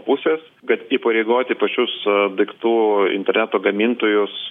pusės kad įpareigoti pačius daiktų interneto gamintojus